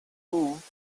proves